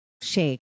shake